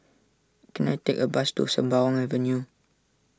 can I take a bus to Sembawang Avenue